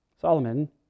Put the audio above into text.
Solomon